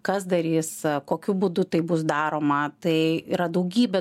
kas darys kokiu būdu tai bus daroma tai yra daugybė